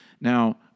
Now